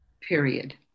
period